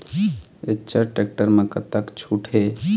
Eicher tractor म कतका छूट हे?